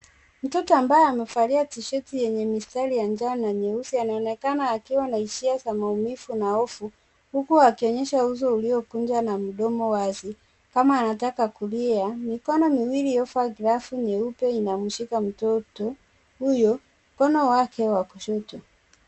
Mtoto ambaye amevalia tisheti yenye mistari ya njano na nyeusi anaonekana akiwa na hisia za maumivu na hofu huku akionyesha uso uliokunja na mdomo wazi kama anataka kulia. Mikono miwili iliyovaa glavu nyeupe inamshika mtoto huyo mkono wake wa kushoto.